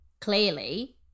Clearly